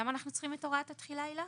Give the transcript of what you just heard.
למה אנחנו צריכים את הוראת התחילה הילה,